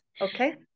Okay